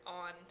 on